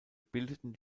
bildeten